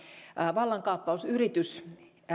vallankaappausyrityksestä